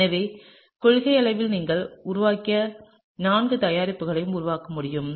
எனவே கொள்கையளவில் நீங்கள் உருவாக்கிய நான்கு தயாரிப்புகளையும் உருவாக்க முடியும்